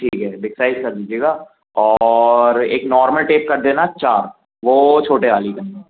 ठीक है big size कर दीजिएग और एक नॉर्मल टेप कर देना चार वो छोटे वाली करनी है